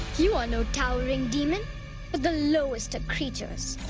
you are no towering demon, but the lowest of creatures.